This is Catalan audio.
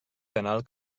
canal